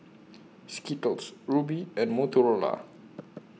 Skittles Rubi and Motorola